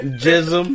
jism